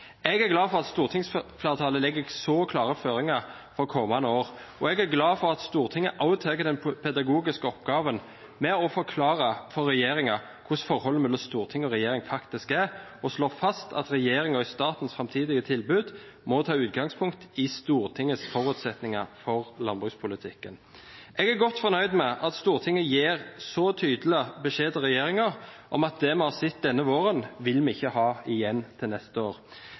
Jeg er glad for at stortingsflertallet legger så klare føringer på kommende år, og jeg er glad for at Stortinget også tar den pedagogiske oppgaven med å forklare for regjeringen hvordan forholdet mellom storting og regjering faktisk er, og slår fast at regjeringen i statens framtidige tilbud må ta utgangspunkt i Stortingets forutsetninger for landbrukspolitikken. Jeg er godt fornøyd med at Stortinget gir så tydelig beskjed til regjeringen om at det vi har sett denne våren, vil vi ikke ha igjen til neste år.